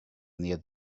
near